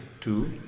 two